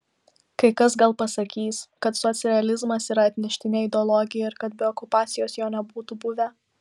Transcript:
kai kas gal pasakys kad socrealizmas yra atneštinė ideologija ir kad be okupacijos jo nebūtų buvę